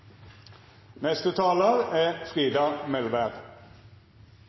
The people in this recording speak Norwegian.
Neste talar er